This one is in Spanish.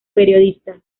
periodista